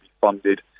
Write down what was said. funded